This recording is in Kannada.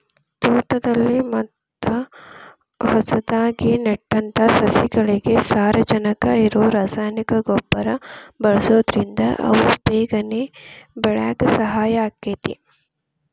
ತೋಟದಲ್ಲಿ ಮತ್ತ ಹೊಸದಾಗಿ ನೆಟ್ಟಂತ ಸಸಿಗಳಿಗೆ ಸಾರಜನಕ ಇರೋ ರಾಸಾಯನಿಕ ಗೊಬ್ಬರ ಬಳ್ಸೋದ್ರಿಂದ ಅವು ಬೇಗನೆ ಬೆಳ್ಯಾಕ ಸಹಾಯ ಆಗ್ತೇತಿ